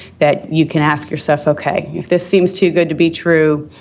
that you can ask yourself, okay. if this seems too good to be true,